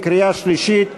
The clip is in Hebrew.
בקריאה שלישית,